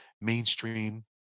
mainstream